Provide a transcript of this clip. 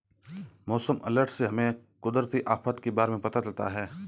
मौसम अलर्ट से हमें कुदरती आफत के बारे में पता चलता है